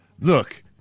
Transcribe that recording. look